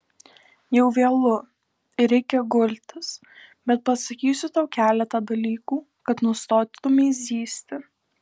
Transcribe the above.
jau vėlu ir reikia gultis bet pasakysiu tau keletą dalykų kad nustotumei zyzti